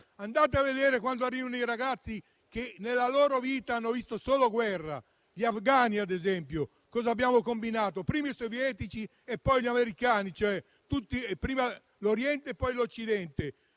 andare a vedere quando arrivano i ragazzi che nella loro vita hanno visto solo guerra, ad esempio gli afgani; vi invito a vedere cosa hanno combinato prima i sovietici e poi gli americani, cioè prima l'Oriente e poi l'Occidente.